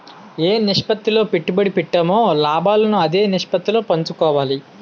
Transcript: ఏ నిష్పత్తిలో పెట్టుబడి పెట్టామో లాభాలను అదే నిష్పత్తిలో పంచుకోవాలి